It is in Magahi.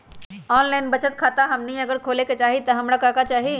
ऑनलाइन बचत खाता हमनी अगर खोले के चाहि त हमरा का का चाहि?